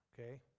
Okay